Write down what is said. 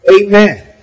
Amen